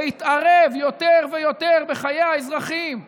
להתערב יותר ויותר בחיי האזרחים כן,